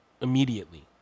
immediately